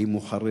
האם הוא חרדי,